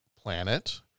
planet